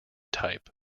type